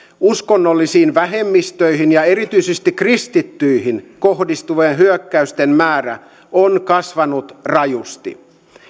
uskonnollisiin vähemmistöihin ja erityisesti kristittyihin kohdistuvien hyökkäysten määrä on kasvanut rajusti